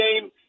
game